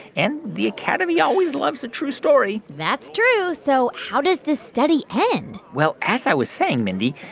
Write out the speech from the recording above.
and the academy always loves a true story that's true. so how does this study end? well, as i was saying, mindy,